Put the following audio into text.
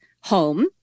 Home